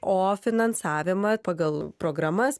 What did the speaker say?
o finansavimą pagal programas